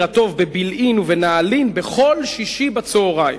הטוב בבילעין ובנעלין בכל שישי בצהריים?